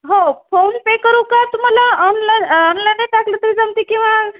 हो फोनपे करू का तुम्हाला ऑनला ऑनलाईन टाकलं तर जमतं आहे किंवा